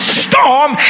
storm